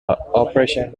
operation